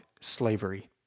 slavery